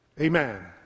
Amen